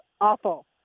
awful